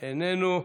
איננו,